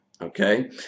okay